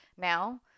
now